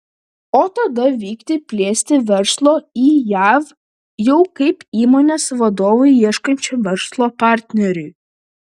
o tada vykti plėsti verslo į jav jau kaip įmonės vadovui ieškančiam verslo partnerių